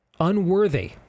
unworthy